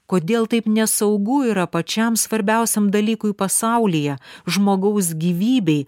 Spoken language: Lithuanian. kodėl taip nesaugu yra pačiam svarbiausiam dalykui pasaulyje žmogaus gyvybei